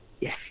Yes